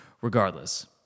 regardless